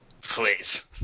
Please